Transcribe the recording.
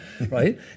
Right